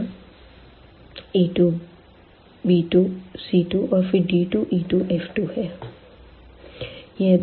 यहाँ a 2 b 2 c 2 और फिर d 2 e 2 f 2 है